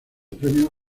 premios